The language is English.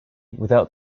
without